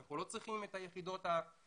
אנחנו לא צריכים את היחידות המופרדות.